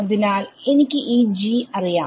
അതിനാൽ എനിക്ക് ഈ g അറിയാം